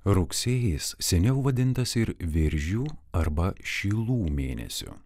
rugsėjis seniau vadintas ir viržių arba šilų mėnesiu